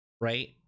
right